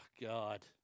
God